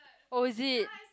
oh is it